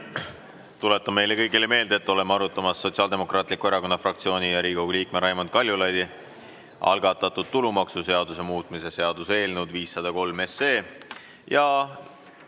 tuletan teile kõigile meelde, et oleme arutamas Sotsiaaldemokraatliku Erakonna fraktsiooni ja Riigikogu liikme Raimond Kaljulaidi algatatud tulumaksuseaduse muutmise seaduse eelnõu 503.Panen